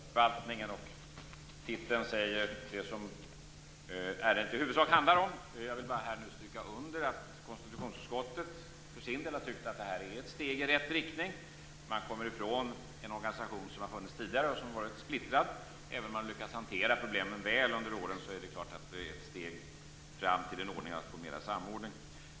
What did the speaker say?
Herr talman! Titeln på betänkandet, Förstärkt samordning inom riksdagsförvaltningen, säger vad ärendet i huvudsak handlar om. Jag vill bara stryka under att konstitutionsutskottet för sin del har tyckt att detta är ett steg i rätt riktning. Man kommer ifrån en organisation som har funnits tidigare och som har varit splittrad. Även om man har lyckats hantera problemen väl under åren är det klart att det är ett steg framåt att få mer samordning.